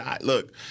look